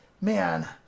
Man